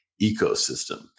ecosystem